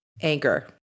anger